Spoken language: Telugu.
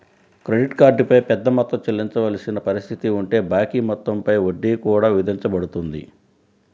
క్రెడిట్ కార్డ్ పై పెద్ద మొత్తం చెల్లించవలసిన పరిస్థితి ఉంటే బాకీ మొత్తం పై వడ్డీ కూడా విధించబడుతుంది